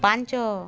ପାଞ୍ଚ